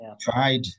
tried